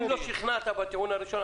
אם לא שכנעת בטיעון הראשון,